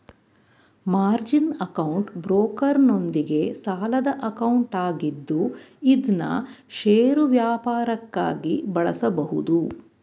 margin account ಬ್ರೋಕರ್ನೊಂದಿಗೆ ಸಾಲದ account ಆಗಿದ್ದು ಇದ್ನಾ ಷೇರು ವ್ಯಾಪಾರಕ್ಕಾಗಿ ಬಳಸಬಹುದು